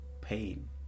pain